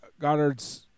Goddard's